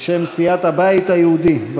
בשם סיעת הבית היהודי.